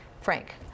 Frank